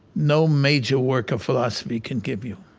no major work of philosophy can give you.